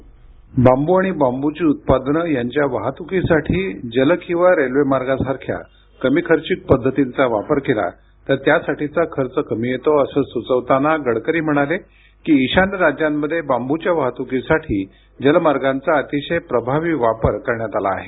ध्वनी बांबू आणि बांबूची उत्पादनं यांच्या वाहतुकीसाठी जल किंवा रेल्वे मार्गांसारख्या कमी खर्चिक पद्धतींचा वापर केला तर त्यासाठीचा खर्च कमी येतो असं सुचवताना गडकरी म्हणाले की ईशान्य राज्यांमध्ये बांबूच्या वाहतुकीसाठी जलमार्गांचा अतिशय प्रभावी वापर करण्यात आला आहे